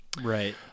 Right